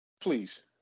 Please